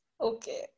Okay